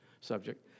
subject